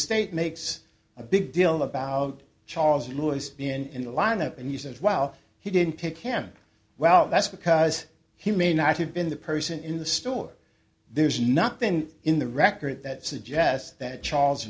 state makes a big deal about charles lewis in the lineup and you said well he didn't pick him well that's because he may not have been the person in the store there's nothing in the record that suggests that charles